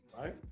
Right